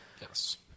Yes